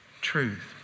truth